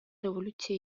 революція